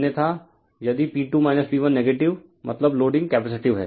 अन्यथा यदि P2 P1 negative मतलब लोडिंग कैपेसिटिव है